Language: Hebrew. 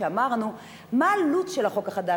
כשאמרנו: מה העלות של החוק החדש,